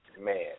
man